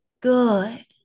good